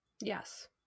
Yes